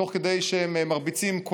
תוך כדי שהם מרביצים,